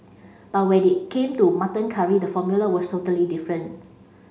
but when it came to mutton curry the formula was totally different